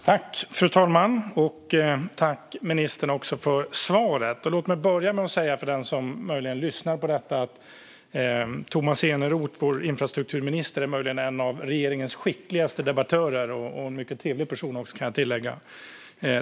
Fru talman! Tack, ministern, för svaret! Låt mig börja med att säga för den som möjligen lyssnar på detta att vår infrastrukturminister Tomas Eneroth möjligen är en av regeringens skickligaste debattörer - och också är en mycket trevlig person, kan jag tillägga.